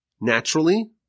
naturally